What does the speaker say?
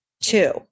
Two